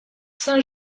saint